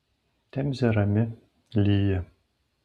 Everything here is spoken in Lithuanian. temzė rami lyja